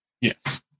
Yes